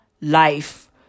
life